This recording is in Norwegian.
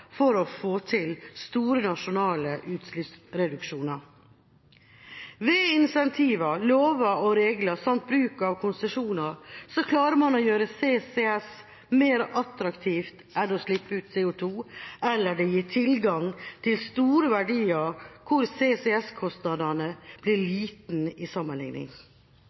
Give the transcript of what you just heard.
for å få til store nasjonale utslippsreduksjoner. Ved incentiver, lover og regler samt bruk av konsesjoner klarer man å gjøre CCS mer attraktivt enn å slippe ut CO2 – eller det gir tilgang til store verdier hvor CCS-kostnaden blir liten i sammenligning.